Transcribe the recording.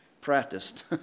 practiced